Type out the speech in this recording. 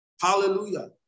Hallelujah